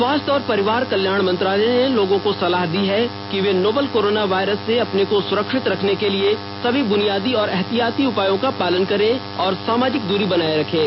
स्वास्थ्य और परिवार कल्याण मंत्रालय ने लोगों को सलाह दी है कि वे नोवल कोरोना वायरस से अपने को सुरक्षित रखने के लिए सभी बूनियादी एहतियाती उपायों का पालन करें और सामाजिक दूरी बनाए रखें